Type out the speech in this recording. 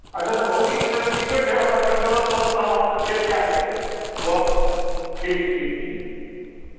अच्छा तऽभौजी ठीके छै फेर हमरा जरुरत पड़त तऽ अहाँसँ हम फेर कय लेब गप ठीक ठीक ठीक